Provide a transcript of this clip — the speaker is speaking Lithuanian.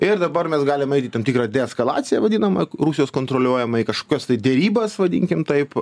ir dabar mes galim eit į tam tikrą deeskalaciją vadinamą rusijos kontroliuojamą į kažkokias tai derybas vadinkim taip